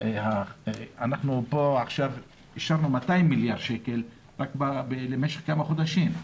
עכשיו אישרנו 200 מיליארד שקל רק למשך כמה חודשים.